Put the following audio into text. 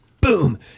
boom